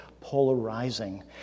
polarizing